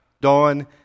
Dawn